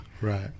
Right